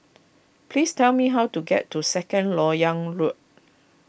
please tell me how to get to Second Lok Yang Road